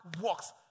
works